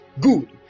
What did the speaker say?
Good